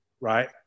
right